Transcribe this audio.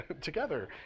together